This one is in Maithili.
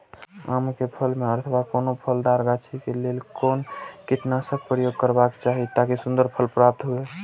आम क फल में अथवा कोनो फलदार गाछि क लेल कोन कीटनाशक प्रयोग करबाक चाही ताकि सुन्दर फल प्राप्त हुऐ?